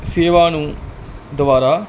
ਸੇਵਾ ਨੂੰ ਦੁਬਾਰਾ